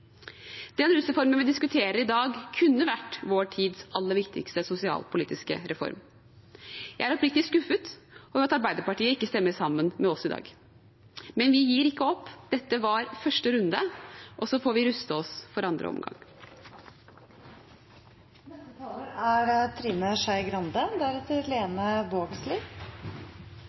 Den rusreformen vi diskuterer i dag, kunne vært vår tids aller viktigste sosialpolitiske reform. Jeg er oppriktig skuffet over at Arbeiderpartiet ikke stemmer sammen med oss i dag. Men vi gir ikke opp. Dette var første runde, og så får vi ruste oss for andre